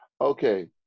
Okay